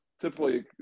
typically